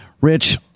Rich